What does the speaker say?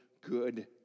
good